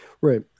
Right